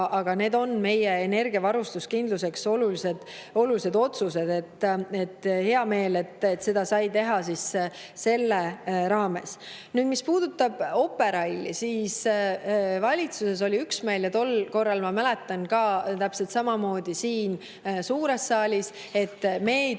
aga need on meie energiavarustuskindluse [tagamiseks] olulised otsused. Hea meel, et neid sai teha selle raames. Mis puudutab Operaili, siis valitsuses oli üksmeel ja tol korral, ma mäletan, ka täpselt samamoodi siin suures saalis